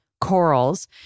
corals